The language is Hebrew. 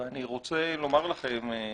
ואני רוצה לומר לכם,